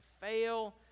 fail